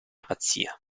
pazzia